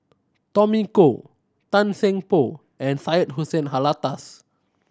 Tommy Koh Tan Seng Poh and Syed Hussein Alatas